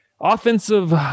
Offensive